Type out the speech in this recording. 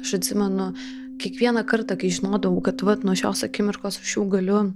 aš atsimenu kiekvieną kartą kai žinodavau kad vat nuo šios akimirkos aš jau galiu